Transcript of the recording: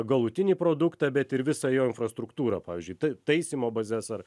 galutinį produktą bet ir visą jo infrastruktūrą pavyzdžiui tai taisymo bazes ar